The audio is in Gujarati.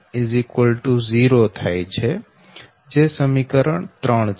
qn 0 થાય છે જે સમીકરણ 3 છે